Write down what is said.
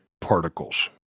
particles